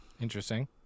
Interesting